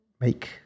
make